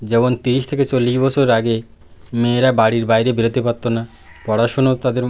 যেমন তিরিশ থেকে চল্লিশ বছর আগে মেয়েরা বাড়ির বাইরে বেরোতে পারত না পড়াশুনোও তাদের